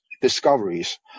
discoveries